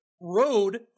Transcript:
road